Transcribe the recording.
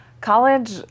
College